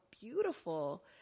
beautiful